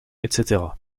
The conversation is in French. etc